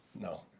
no